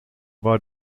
war